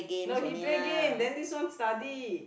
no he play game then this one study